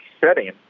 setting